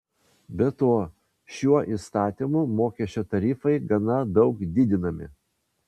be to šiuo įstatymu mokesčio tarifai gana daug didinami